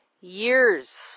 years